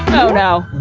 oh no,